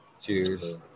Cheers